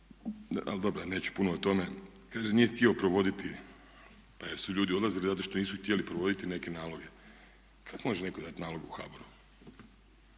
ali dobro neću puno o tome. Kaže, nije htio provoditi, pa su ljudi odlazili zato što nisu htjeli provoditi neke naloge. Kako može netko dati nalog u HBOR-u?